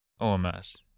OMS